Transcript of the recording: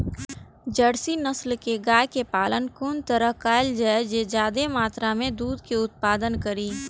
Jersey नस्ल के गाय के पालन कोन तरह कायल जाय जे ज्यादा मात्रा में दूध के उत्पादन करी?